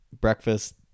breakfast